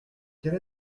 quel